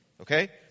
okay